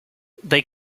they